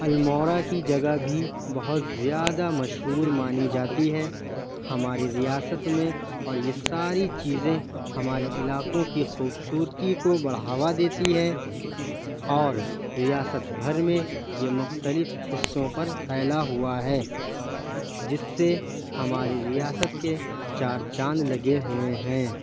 المورا کی جگہ بھی بہت زیادہ مشہور مانی جاتی ہے ہماری ریاست میں اور یہ ساری چیزیں ہمارے علاقوں کی خوبصورتی کو بڑھاوا دیتی ہے اور ریاست بھر میں یہ مختلف حصّوں پر پھیلا ہُوا ہے جس سے ہماری ریاست کے چار چاند لگے ہوئے ہیں